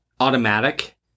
automatic